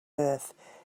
earth